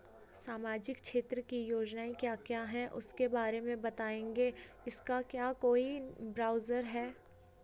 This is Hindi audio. सामाजिक क्षेत्र की योजनाएँ क्या क्या हैं उसके बारे में बताएँगे इसका क्या कोई ब्राउज़र है?